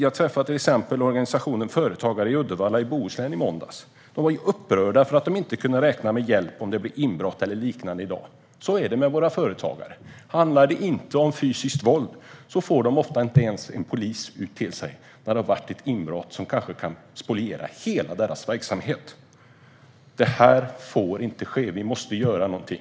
Jag träffade till exempel organisationen Företagarna Uddevalla i Bohuslän i måndags. De var upprörda över att de inte kan räkna med hjälp om de får inbrott eller liknande i dag. Så här har våra företagare det. Om det inte handlar om fysiskt våld får de ofta inte ens ut en polis till sig när de har haft inbrott, vilket kanske kan spoliera hela deras verksamhet. Detta får inte ske. Vi måste göra någonting.